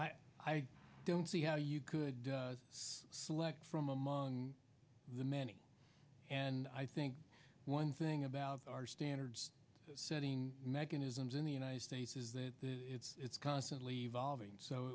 i don't see how you could select from among the many and i think one thing about our standards setting mechanisms in the united states is that it's constantly evolving so